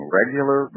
regular